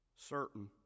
Certain